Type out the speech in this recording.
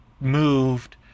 moved